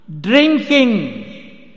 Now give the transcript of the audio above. Drinking